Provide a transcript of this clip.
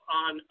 on